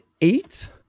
eight